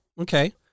okay